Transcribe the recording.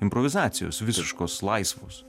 improvizacijos visiškos laisvos